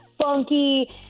funky